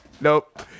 Nope